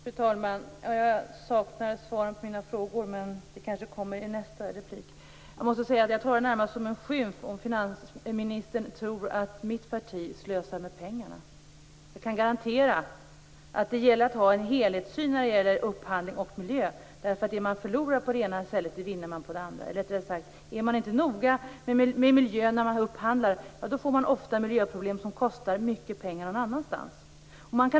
Fru talman! Jag saknar svar på mina frågor men de kanske kommer i nästa inlägg. Jag måste säga att jag närmast uppfattar det som en skymf om finansministern tror att mitt parti slösar med pengarna. Jag kan garantera att det gäller att ha en helhetssyn i fråga om upphandling och miljö. Det man förlorar på det ena stället vinner man på det andra. Eller rättare sagt: Om man inte är noga med miljön vid upphandling får man ofta miljöproblem som kostar mycket pengar någon annanstans.